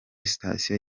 sitasiyo